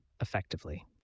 effectively